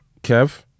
Kev